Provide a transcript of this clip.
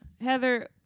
heather